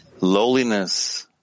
lowliness